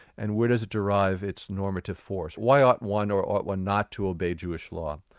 and where does it derive its normative force? why ought one or ought one not to obey jewish law?